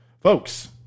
folks